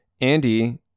Andy